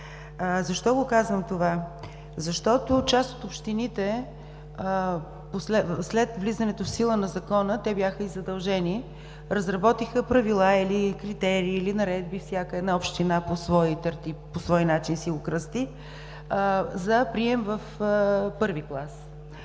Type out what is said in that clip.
Защо казвам това? Защото част от общините след влизането в сила на Закона, те бяха и задължени, разработиха правила или критерии, или наредби – всяка община по свой начин си го кръсти – за прием в I клас.